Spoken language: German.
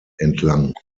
entlang